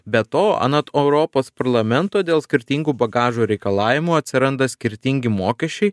be to anot europos parlamento dėl skirtingų bagažo reikalavimų atsiranda skirtingi mokesčiai